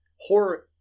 horror-